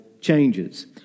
changes